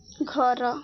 ଘର